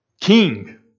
king